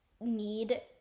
need